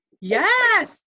Yes